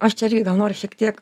aš čia irgi gal noriu šiek tiek